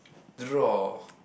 draw